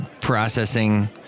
processing